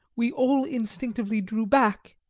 we all instinctively drew back.